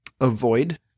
avoid